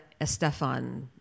Estefan